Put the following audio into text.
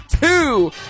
Two